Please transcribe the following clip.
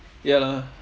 ya lah